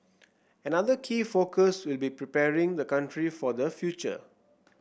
another key focus will be preparing the country for the future